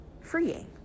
freeing